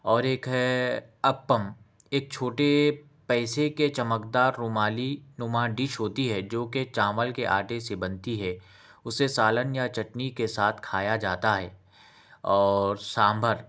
اور ایک ہے اپم ایک چھوٹے پیسے کے چمکدار رومالی نماں ڈش ہوتی ہے جو کہ چاول کے آٹے سے بنتی ہے اُسے سالن یا چٹنی کے ساتھ کھایا جاتا ہے اور سانبر